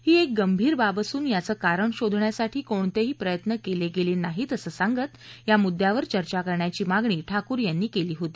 ही एक गंभीर बाब असून याचं कारण शोधण्यासाठी कोणतेही प्रयत्न केले गेले नाहीत असं सांगत या मुद्दयावर चर्चा करण्याची मागणी ठाकूर यांनी केली होती